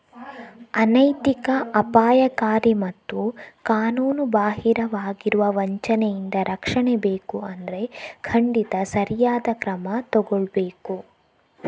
ಅನೈತಿಕ, ಅಪಾಯಕಾರಿ ಮತ್ತು ಕಾನೂನುಬಾಹಿರವಾಗಿರುವ ವಂಚನೆಯಿಂದ ರಕ್ಷಣೆ ಬೇಕು ಅಂದ್ರೆ ಖಂಡಿತ ಸರಿಯಾದ ಕ್ರಮ ತಗೊಳ್ಬೇಕು